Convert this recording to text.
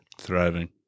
thriving